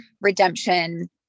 redemption